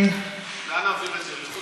לאן נעביר את זה?